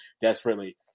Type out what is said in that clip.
desperately